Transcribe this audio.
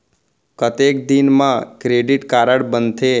कतेक दिन मा क्रेडिट कारड बनते?